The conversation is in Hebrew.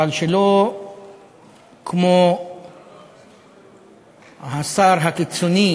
אבל שלא כמו השר הקיצוני